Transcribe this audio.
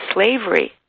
slavery